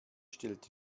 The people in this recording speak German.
stellt